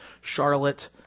Charlotte